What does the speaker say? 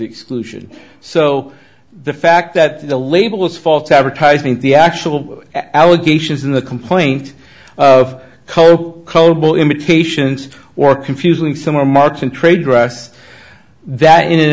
exclusion so the fact that the label is false advertising the actual allegations in the complaint of coke coble imitations or confusing someone marks in trade dress that